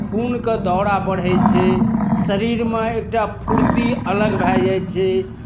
खूनके दौरा बढ़ै छै शरीरमे एकटा फूर्ति अलग भए जाइ छै